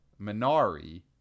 Minari